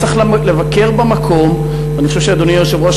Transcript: צריך לבקר במקום אני חושב שאדוני היושב-ראש